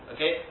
Okay